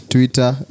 Twitter